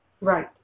Right